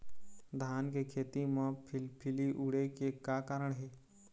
धान के खेती म फिलफिली उड़े के का कारण हे?